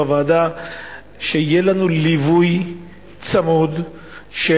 שיהיה לנו ליווי צמוד של